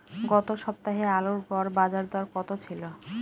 গত সপ্তাহে আলুর গড় বাজারদর কত ছিল?